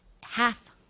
half